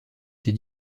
des